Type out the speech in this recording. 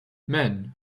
men